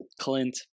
Clint